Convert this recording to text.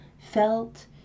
felt